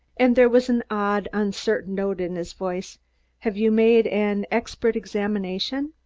and there was an odd, uncertain note in his voice have you made an expert examination?